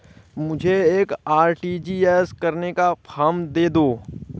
मुझे एक आर.टी.जी.एस करने का फारम दे दो?